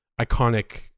iconic